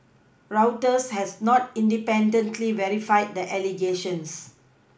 Reuters has not independently verified the allegations